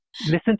Listen